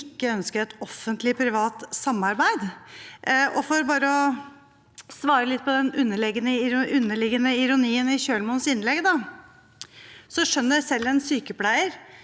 ikke ønsker et offentlig-privat samarbeid. For å svare litt på den underliggende ironien i Kjølmoens innlegg: Selv en sykepleier